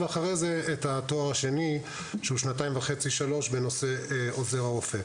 ואחרי זה התואר השני שהוא שנתיים וחצי-שלוש בנושא עוזר רופא.